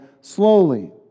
slowly